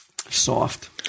Soft